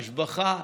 השבחה.